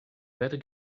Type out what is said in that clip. better